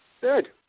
Good